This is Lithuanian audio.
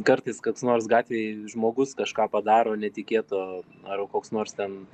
kartais kaks nors gatvėj žmogus kažką padaro netikėto ar koks nors ten